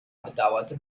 bedauerte